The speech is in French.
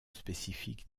spécifique